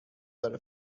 داره